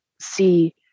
see